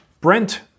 Brent